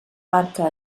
barca